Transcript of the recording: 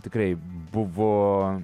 tikrai buvo